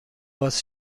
باز